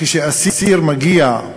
כשאסיר מגיע,